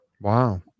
Wow